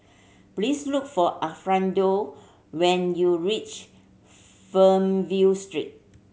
please look for Alfredo when you reach Fernvale Street